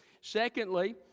Secondly